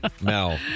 Mel